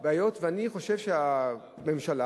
אני חושב שהממשלה,